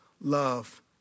love